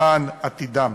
למען עתידם.